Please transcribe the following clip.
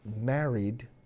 married